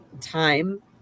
time